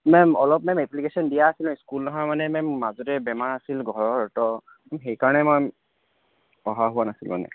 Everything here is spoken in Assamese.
মেম অলপ মেম এপ্লিকেশ্যন দিয়া আছে স্কুল নহা মানে মেম মাজতে বেমাৰ আছিল ঘৰৰ তো সেইকাৰণে মই অহা হোৱা নাছিল মানে